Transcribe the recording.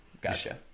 gotcha